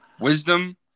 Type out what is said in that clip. Wisdom